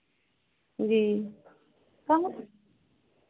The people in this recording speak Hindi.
जी हाँ